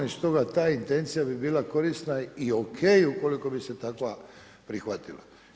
I stoga ta intencija bi bila korisna i ok ukoliko bi se takva prihvatila.